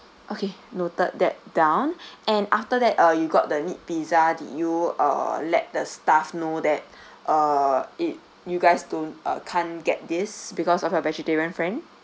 okay noted that down and after that uh you got the meat pizza did you uh let the staff know that uh it you guys don't uh can't get this because of a vegetarian friend